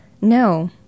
No